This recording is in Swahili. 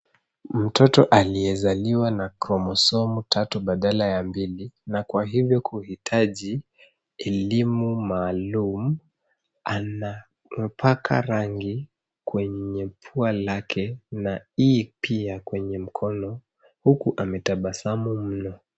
Mtoto aliyezaliwa na chromosome tatu badala ya mbili na kwa hivyo kuhitaji elimu maalum anapaka rangi kwenye pua lake na i pia kwenye mkono huku ametabasamu mno.